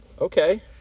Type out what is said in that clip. Okay